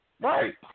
Right